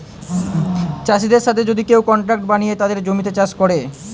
চাষিদের সাথে যদি কেউ কন্ট্রাক্ট বানিয়ে তাদের জমিতে চাষ করে